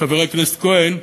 חבר הכנסת כהן,